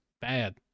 Bad